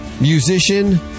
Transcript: musician